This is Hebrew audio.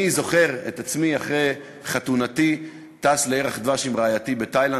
אני זוכר את עצמי אחרי חתונתי טס לירח דבש עם רעייתי בתאילנד,